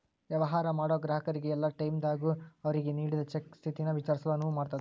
ವ್ಯವಹಾರ ಮಾಡೋ ಗ್ರಾಹಕರಿಗೆ ಯಲ್ಲಾ ಟೈಮದಾಗೂ ಅವ್ರಿಗೆ ನೇಡಿದ್ ಚೆಕ್ ಸ್ಥಿತಿನ ವಿಚಾರಿಸಲು ಅನುವು ಮಾಡ್ತದ್